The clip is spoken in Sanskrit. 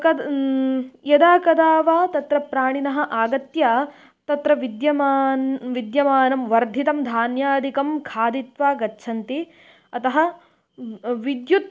कदन् यदा कदा वा तत्र प्राणिनः आगत्य तत्र विद्यमानं विद्यमानं वर्धितं धान्यादिकं खादित्वा गच्छन्ति अतः विद्युत्